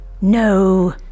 No